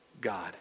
God